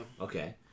Okay